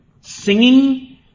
singing